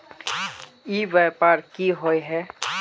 ई व्यापार की होय है?